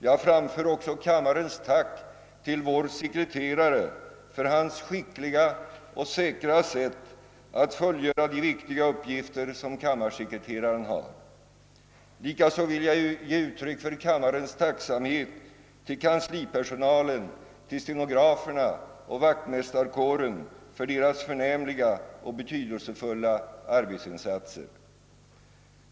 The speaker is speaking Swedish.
Jag framför också kammarens tack till vår sekreterare för hans skickliga och säkra sätt att fullgöra de viktiga uppgifter som kammarsekreteraren har. Likaså vill jag ge uttryck för kammarens tacksamhet till kanslipersonalen, stenograferna och vaktmästarkåren för deras förnämliga och betydelsefulla arbetsinsatser.